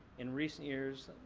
in recent years,